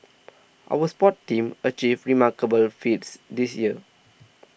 our sports teams have achieved remarkable feats this year